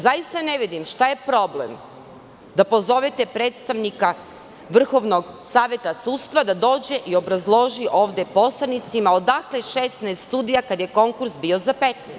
Zaista ne vidim šta je problem da pozovete predstavnika Vrhovnog saveta sudstva, da dođe i obrazloži ovde poslanicima odakle 16 sudija kada je konkurs bio za 15?